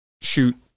shoot